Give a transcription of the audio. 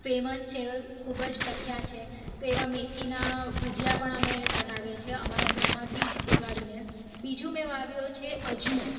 famous છે ખૂબ જ પ્રખ્યાત છે તો એવા મેથીના ભજીયા પણ અમે બનાવીએ છે અમારા ઘરમાંથી જ ઉગાડીને બીજું મેં વાવ્યો છે અજમો